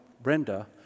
Brenda